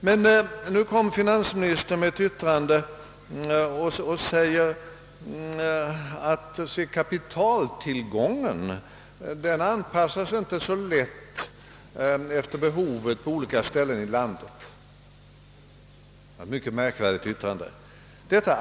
Men nu kommer finansministern och säger att ja, men kapitaltillgången anpassas inte så lätt efter behovet på olika ställen i landet. Det är ett mycket märkvärdigt yttrande.